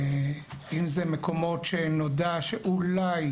אם זה מקומות שנודע שאולי